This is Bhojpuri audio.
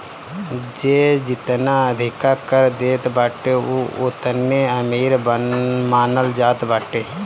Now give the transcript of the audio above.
जे जेतना अधिका कर देत बाटे उ ओतने अमीर मानल जात बाटे